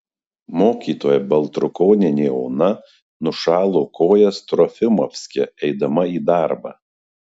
mokytoja baltrukonienė ona nušalo kojas trofimovske eidama į darbą